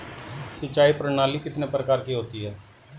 सिंचाई प्रणाली कितने प्रकार की होती हैं?